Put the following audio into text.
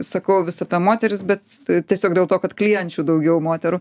sakau vis apie moteris bet t tiesiog dėl to kad klienčių daugiau moterų